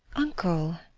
uncle!